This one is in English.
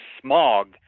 smog